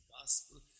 gospel